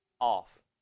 off